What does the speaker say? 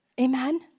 Amen